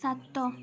ସାତ